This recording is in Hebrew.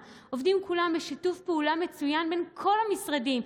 יודעת לשתף פעולה מצוין בין המשרדים,